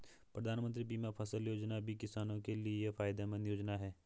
प्रधानमंत्री बीमा फसल योजना भी किसानो के लिये फायदेमंद योजना है